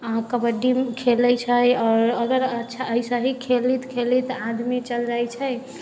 आ कबड्डी खेलै छै आओर अगर अच्छा अइसँ ही खेल खेलैत खेलैत आदमी चल जाइ छै